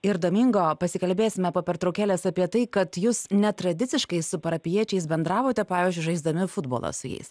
ir domingo pasikalbėsime po pertraukėlės apie tai kad jūs netradiciškai su parapijiečiais bendravote pavyzdžiui žaisdami futbolą su jais